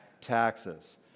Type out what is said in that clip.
Taxes